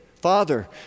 father